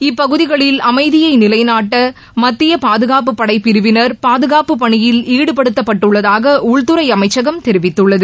இப்பகுதிகளில் அமைதியைநிலைநாட்டமத்தியபாதுகாப்படைப் பிரிவினர் பாதுகாப்புப் பணியில் ஈடுபடுத்தப்பட்டுள்ளதாகஉள்துறைஅமைச்சகம் தெரிவித்துள்ளது